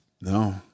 No